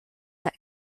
that